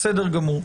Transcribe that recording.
בסדר גמור.